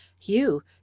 You